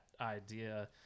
idea